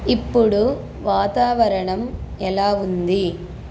ఇప్పుడు వాతావరణం ఎలా ఉంది